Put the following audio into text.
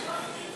זה היה נאום